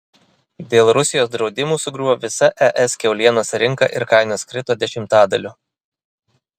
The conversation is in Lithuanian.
dėl rusijos draudimų sugriuvo visa es kiaulienos rinka ir kainos krito dešimtadaliu